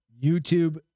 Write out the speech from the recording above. YouTube